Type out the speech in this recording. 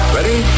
Ready